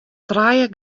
trije